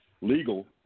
legal